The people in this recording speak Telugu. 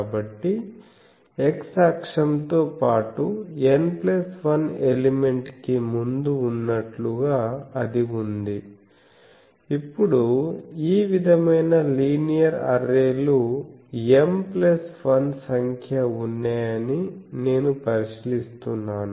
కాబట్టి x అక్షంతో పాటు N1 ఎలిమెంట్ కి ముందు ఉన్నట్లుగా అది వుంది ఇప్పుడు ఈ విధమైన లీనియర్ అర్రేలు M1 సంఖ్య ఉన్నాయని నేను పరిశీలిస్తున్నాను